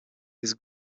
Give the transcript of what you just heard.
his